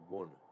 one